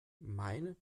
meine